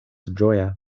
ĝoja